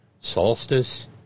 Solstice